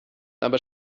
aber